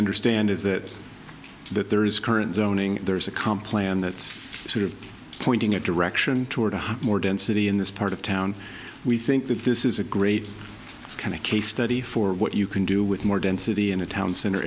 understand is that that there is current there is a complex and that's sort of pointing a direction toward more density in this part of town we think that this is a great kind of case study for what you can do with more density in a town center